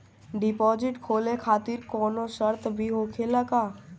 Deposit खोले खातिर कौनो शर्त भी होखेला का?